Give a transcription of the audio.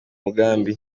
mugambi